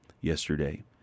yesterday